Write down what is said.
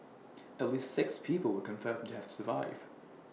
at least six people were confirmed to have survived